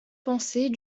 pensée